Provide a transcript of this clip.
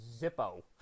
Zippo